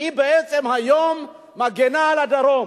בעצם מגינה היום על הדרום.